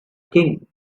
king